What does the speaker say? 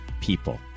people